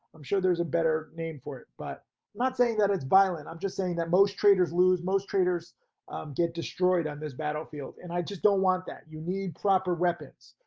i'm sure there's a better name for it, but not saying that it's violent. i'm just saying that most traders lose, most traders get destroyed on this battlefield. and i just don't want that, you need proper weapons.